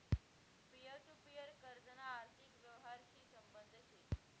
peer to peer कर्जना आर्थिक यवहारशी संबंध शे